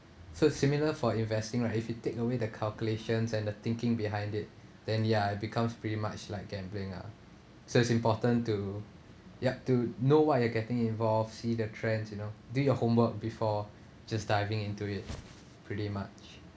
so it's similar for investing right if you take away the calculations and the thinking behind it then ya it becomes pretty much like gambling ah so it's important to yup to know what you are getting involved see the trends you know do your homework before just diving into it pretty much